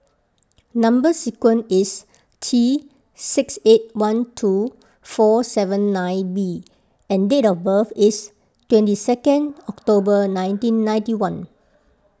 Number Sequence is T six eight one two four seven nine B and date of birth is twenty second October nineteen ninety one